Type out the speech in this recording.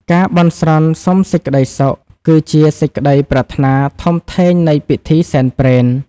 ការបន់ស្រន់សុំសេចក្ដីសុខ គឺជាសេចក្ដីប្រាថ្នាធំធេងនៃពិធីសែនព្រេន។